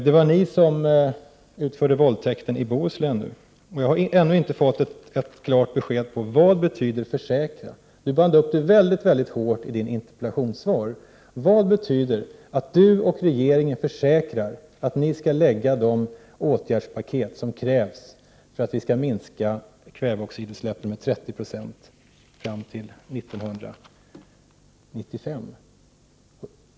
Det var ni som utförde våldtäkten i Bohuslän. Jag har ännu inte fått ett klart besked om vad ordet försäkran betyder. Birgitta Dahl band upp sig mycket hårt i sitt interpellationssvar. Vad betyder det att Birgitta Dahl och regeringen försäkrar att de skall lägga fram det åtgärdspaket som krävs för att kväveoxidutsläppen skall minskas med 30 90 fram till 1995?